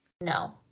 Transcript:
no